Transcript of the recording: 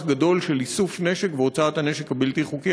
גדול של איסוף נשק והוצאת הנשק הבלתי-חוקי,